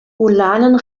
ulanen